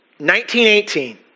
1918